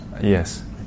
Yes